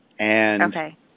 Okay